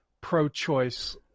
pro-choice